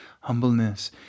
humbleness